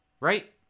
Right